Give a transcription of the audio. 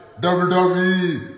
WWE